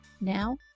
Now